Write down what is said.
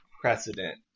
precedent